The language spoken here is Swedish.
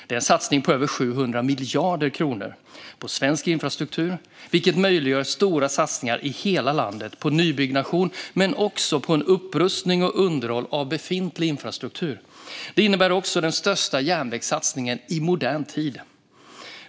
Det är en satsning på över 700 miljarder kronor på svensk infrastruktur, vilket möjliggör stora satsningar i hela landet, på nybyggnation men också på upprustning och underhåll av befintlig infrastruktur. Det innebär också den största järnvägssatsningen i modern tid.